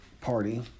party